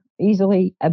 easily